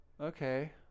Okay